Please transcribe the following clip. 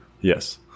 Yes